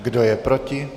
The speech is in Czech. Kdo je proti?